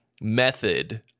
method